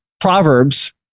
proverbs